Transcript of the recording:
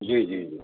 जी जी जी